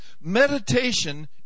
Meditation